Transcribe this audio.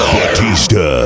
Batista